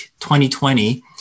2020